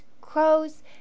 crows